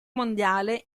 mondiale